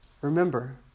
Remember